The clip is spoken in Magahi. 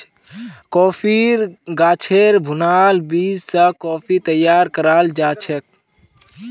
कॉफ़ीर गाछेर भुनाल बीज स कॉफ़ी तैयार कराल जाछेक